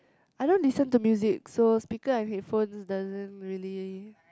I don't listen to music so speaker and headphones doesn't really